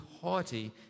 haughty